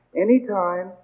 Anytime